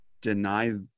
deny